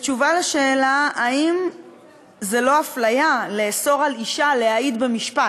בתשובה על השאלה אם זו לא אפליה לאסור על אישה להעיד במשפט,